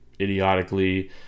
idiotically